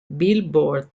billboard